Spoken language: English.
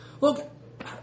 Look